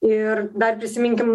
ir dar prisiminkim